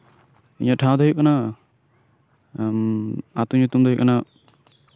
ᱤᱧᱟᱹᱜ ᱴᱷᱟᱶ ᱫᱚ ᱦᱩᱭᱩᱜ ᱠᱟᱱᱟ ᱟᱹᱛᱩ ᱧᱩᱛᱩᱢ ᱫᱚ ᱦᱩᱭᱩᱜ ᱠᱟᱱᱟ